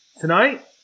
Tonight